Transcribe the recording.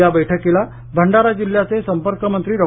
या बैठकीला भंडारा जिल्ह्याचे संपर्कमंत्री मंत्री डॉ